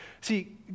see